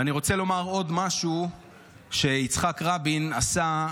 ואני רוצה לומר עוד משהו שיצחק רבין עשה,